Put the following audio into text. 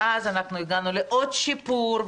ואז הגענו לעוד שיפור.